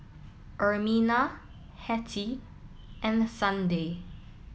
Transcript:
Ermina Hetty and Sunday